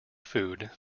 food